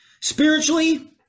Spiritually